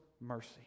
mercy